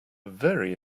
very